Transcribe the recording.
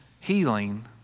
healing